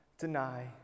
deny